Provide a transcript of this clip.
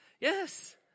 yes